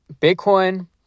bitcoin